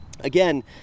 again